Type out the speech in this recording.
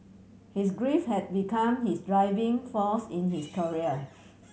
his grief had become his driving force in his career